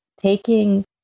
taking